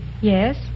Yes